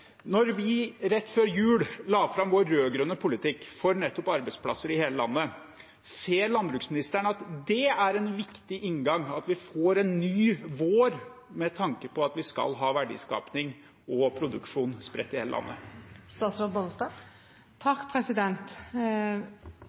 Rett før jul la vi fram vår rød-grønne politikk for nettopp arbeidsplasser i hele landet. Ser landbruksministeren at det er en viktig inngang, at vi får en ny vår med tanke på at vi skal ha verdiskaping og produksjon spredt i hele landet?